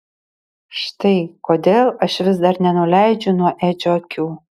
štai kodėl aš vis dar nenuleidžiu nuo edžio akių